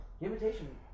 Invitation